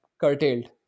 curtailed